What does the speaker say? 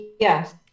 Yes